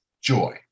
joy